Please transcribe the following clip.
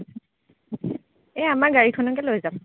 এ আমাৰ গাড়ীখনকে লৈ যাম